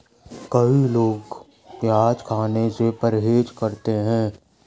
कई लोग प्याज खाने से परहेज करते है